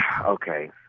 Okay